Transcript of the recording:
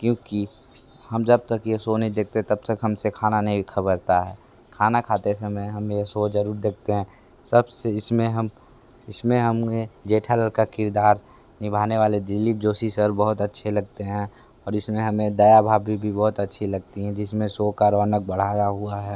क्योंकि हम जब तक ये सो नहीं देखते तब तक हमसे खाना नहीं खबरता है खाना खाते समय हम ये सो जरूर देखते हैं सबसे इसमें हम इसमें हमने जेठालाल का किरदार निभाने वाले दिलीप जोशी सर बहुत अच्छे लगते हैं और इसमें हमें दया भाभी भी बहुत अच्छी लगती है जिसमें सो का रौनक बढ़ाया हुआ है